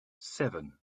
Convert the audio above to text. seven